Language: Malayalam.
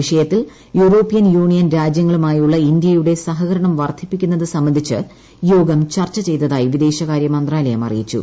വിഷയത്തിൽ യൂറോപ്യൻ യൂണിയൻ രാജ്യങ്ങളുമായുള്ള ഇന്ത്യയുടെ സഹകരണം വർദ്ധിപ്പിക്കുന്നത് ൻബ്രിഡിച്ച് യോഗം ചർച്ച ചെയ്തതായി വിദേശകാരൃ മന്ത്രാലയ്ം അറിയിച്ചു